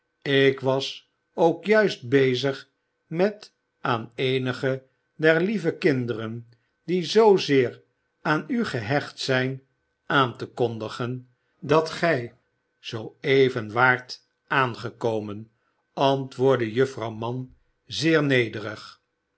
ik was ook juist bezig met aan eenige der lieve kinderen die zoozeer aan u gehecht zijn aan te kondigen dat gij zoo even waart aangekomen antwoordde juffrouw mann zeer nederig